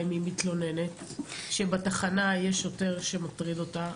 אם היא מתלוננת שבתחנה יש שוטר שמטריד אותה?